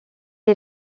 est